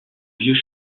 vieux